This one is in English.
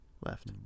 Left